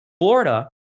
Florida